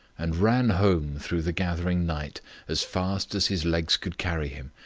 and ran home through the gathering night as fast as his legs could carry him,